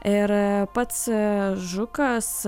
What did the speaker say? ir pats žukas